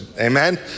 amen